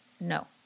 No